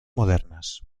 modernas